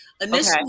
Initially